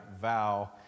vow